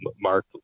Mark